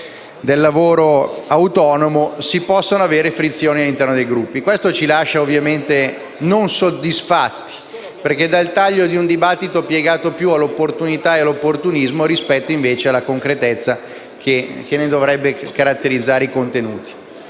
del lavoro autonomo, si possano avere frizioni all’interno dei Gruppi stessi. Tale atteggiamento ci lascia ovviamente non soddisfatti, perché il taglio del dibattito risulta piegato più all’opportunità e all’opportunismo che invece alla concretezza che dovrebbe caratterizzarne i contenuti.